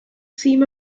seem